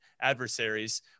adversaries